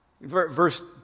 Verse